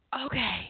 okay